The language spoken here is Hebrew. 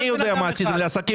אני יודע מה עשיתם בסגרים.